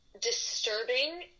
disturbing